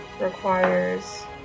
requires